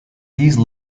these